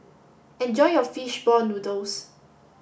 enjoy your fish ball noodles